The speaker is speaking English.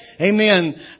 Amen